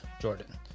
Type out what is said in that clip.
Jordan